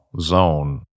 zone